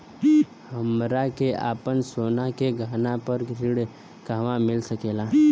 हमरा के आपन सोना के गहना पर ऋण कहवा मिल सकेला?